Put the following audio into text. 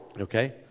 Okay